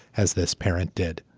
has this parent did.